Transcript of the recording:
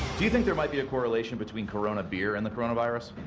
do you think there might be a correlation between corona beer and the coronavirus?